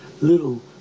little